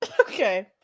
Okay